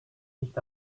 nicht